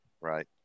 Right